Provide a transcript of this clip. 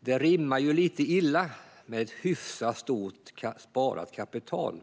det rimmar ju lite illa med ett hyfsat stort sparat kapital.